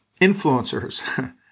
Influencers